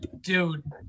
dude